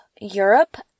Europe